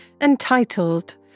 entitled